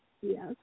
Yes